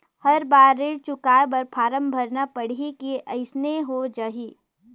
हर बार ऋण चुकाय बर फारम भरना पड़ही की अइसने हो जहीं?